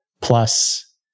plus